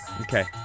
Okay